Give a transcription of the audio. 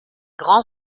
grand